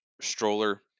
stroller